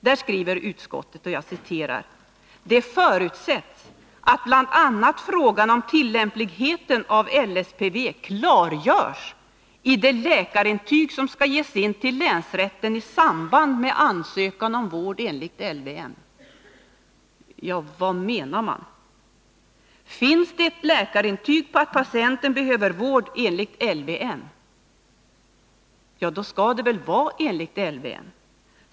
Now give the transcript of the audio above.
Där skriver utskottet: ”Det förutsätts att bl.a. frågan om tillämpligheten av LSPV klargörs i det läkarintyg som skall ges in till länsrätten i samband med ansökan om vård enligt LVM.” Vad menar man? Finns det ett läkarintyg på att patienten behöver vård enligt LVM, så skall det väl vara enligt LVM.